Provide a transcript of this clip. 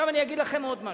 אני אגיד לכם עוד משהו: